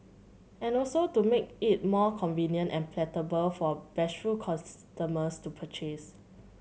and also to make it more convenient and palatable for bashful customers to purchase